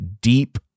deep